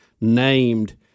named –